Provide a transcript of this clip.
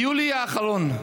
ביולי האחרון,